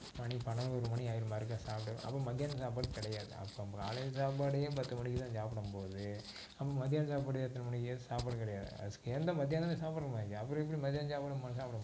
மணி பதினொரு மணி ஆயிடும் பாருங்கள் சாப்பிடவே அப்புறம் மதியானம் சாப்பாடு கிடையாது அப்புறம் காலையில் சாப்பாடே பத்து மணிக்கு தான் சாப்பிடும் போது நம்ம மத்தியானம் சாப்பாடு எத்தனை மணிக்கு சாப்பாடு கிடையாது அதுக்கு மதியானமே சாப்பிட்றமா இல்லையா அப்புறம் எப்படி மத்தியானம் சாப்பாடு மறுபடியும் சாப்பிட முடியும்